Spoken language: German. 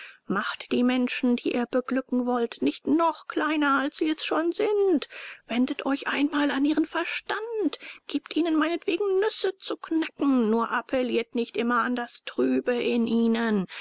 macht die menschen die ihr beglücken wollt nicht noch kleiner als sie es schon sind wendet euch einmal an ihren verstand gebt ihnen meinetwegen nüsse zu knacken nur appelliert nicht immer an das trübe in ihnen